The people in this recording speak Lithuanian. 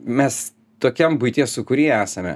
mes tokiam buities sūkury esame